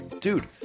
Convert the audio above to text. Dude